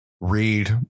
read